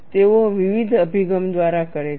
તેઓ વિવિધ અભિગમો દ્વારા કરે છે